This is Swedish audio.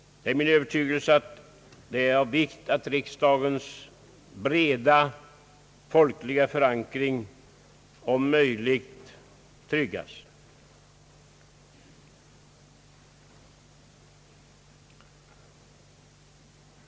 Det är min övertygelse att det är av vikt att riksdagens breda folkliga förankring om möjligt tryggas.